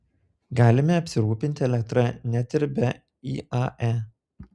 galime apsirūpinti elektra net ir be iae